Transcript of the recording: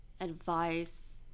advice